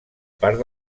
part